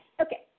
Okay